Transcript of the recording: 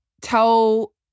tell